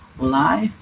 live